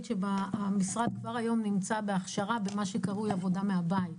שהמשרד נמצא כבר היום בהכשרה של עבודה מהבית.